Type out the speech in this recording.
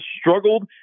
struggled